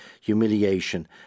humiliation